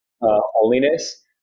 holiness